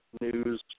news